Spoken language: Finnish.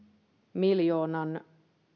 miljoonan